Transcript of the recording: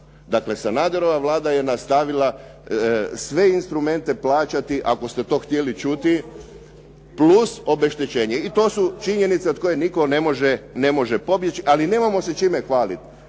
Dakle, Sanaderova Vlada je nastavila sve instrumente plaćati, ako ste to htjeli čuti, plus obeštećenje. I to su činjenice od koje nitko ne može pobjeći. Ali nemamo se čime hvaliti,